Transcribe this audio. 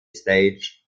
stage